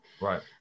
Right